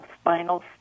spinal